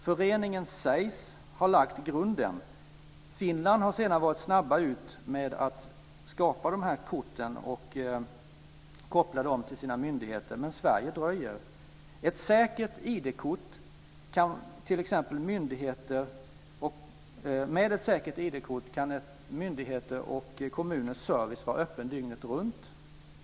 Föreningen SEIS har lagt grunden - Finland har sedan varit snabbt ut med att skapa korten och koppla dem till myndigheterna, men Sverige dröjer. Med hjälp av ett säkert ID kort kan t.ex. myndigheter och kommuner ge service dygnet runt.